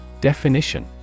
Definition